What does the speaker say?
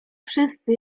wszyscy